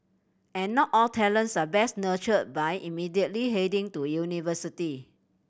and not all talents are best nurtured by immediately heading to university